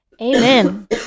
Amen